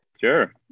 Sure